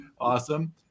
awesome